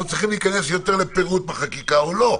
צריכים להיכנס ליותר פירוט בחקיקה או לא.